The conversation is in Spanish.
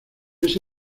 ese